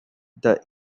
the